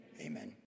amen